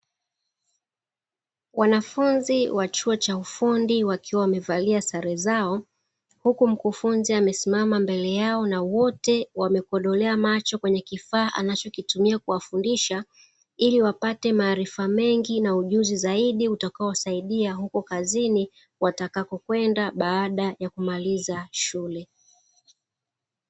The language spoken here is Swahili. Wanafunzi wa chuo cha ufundi wakiwa wamevalia sare zao, huku mkufunzi amesimama mbele yao na wote wamekodolea macho kwenye kifaa anachokitumia kuwafundisha, ili wapate maarifa mengi na ujuzi zaidi utakaowasaidia huko kazini, watakapokwenda baada ya kumaliza shule.